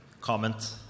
comment